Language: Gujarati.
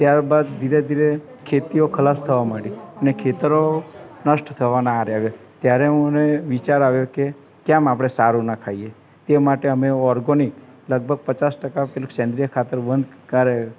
ત્યારબાદ ધીરે ધીરે ખેતીઓ ખલાસ થવા માંડી ને ખેતરો નષ્ટ થવાનાં આરે આવ્યાં ત્યારે મને વિચાર આવ્યો કે કેમ આપણે સારું ન ખાઈએ તે માટે અમે ઓર્ગોનિક લગભગ પચાસ ટકા પેલું સેંદ્રિય ખાતર વન કારે